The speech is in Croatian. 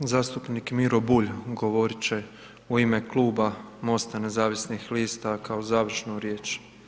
Zastupnik Miro Bulj govorit će u ime Kluba MOSTA nezavisnih lista kao završnu riječ.